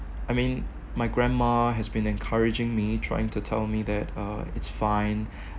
I mean my grandma has been encouraging me trying to tell me that uh it's fine